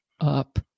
up